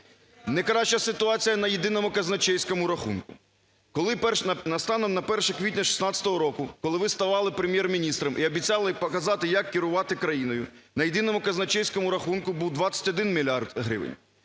Не краща ситуація на єдиному казначейському рахунку, коли станом на 1 квітня 2016 року, коли ви ставали Прем'єр-міністром і обіцяли показати, як керувати країною, на єдиному казначейському рахунку був 21 мільярд гривень.